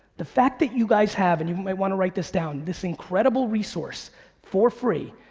the fact that you guys have, and you might wanna write this down, this incredible resource for free,